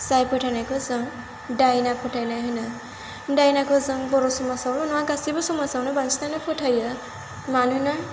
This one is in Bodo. जाय फोथायनायखौ जों दायना फोथायनाय होनो दायनाखौ जों बर' समाजावल' नङा गासैबो समाजावनो बांसिनानो फोथायो मानोना